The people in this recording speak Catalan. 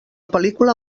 pel·lícula